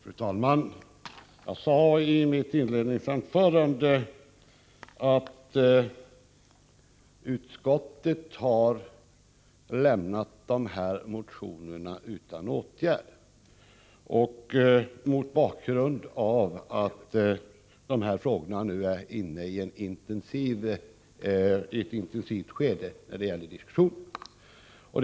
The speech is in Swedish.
Fru talman! Jag sade i mitt inledningsanförande att utskottet har lämnat motionerna utan åtgärd, mot bakgrund av att man nu är inne i ett intensivt skede av diskussionerna om dessa frågor.